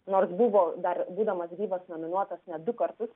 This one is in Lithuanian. nors buvo dar būdamas gyvas nominuotas net du kartus